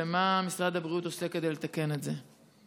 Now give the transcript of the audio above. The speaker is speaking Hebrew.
2. מה משרד הבריאות עושה כדי לתקן את זה?